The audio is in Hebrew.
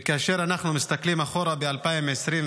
וכאשר אנחנו מסתכלים אחורה ל-2024,